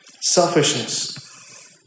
Selfishness